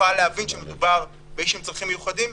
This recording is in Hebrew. ויוכל להבין שמדובר באיש עם צרכים מיוחדים,